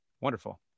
wonderful